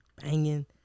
Banging